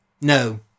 No